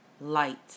Light